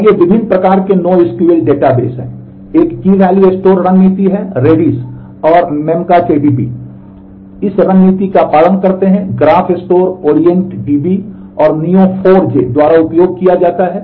और ये विभिन्न प्रकार के नो एसक्यूएल का उपयोग करते हैं